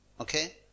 Okay